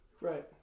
Right